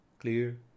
clear